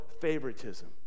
favoritism